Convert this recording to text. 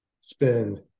spend